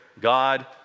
God